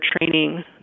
training